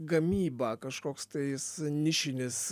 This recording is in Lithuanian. gamyba kažkoks tais nišinis